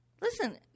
Listen